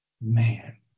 Man